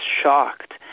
shocked